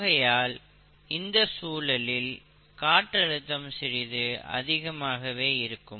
ஆகையால் இந்த சூழலில் காற்றழுத்தம் சிறிது அதிகமாகவே இருக்கும்